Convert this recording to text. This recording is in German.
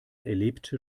erlebte